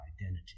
identity